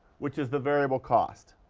which is the variable cost.